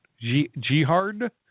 jihad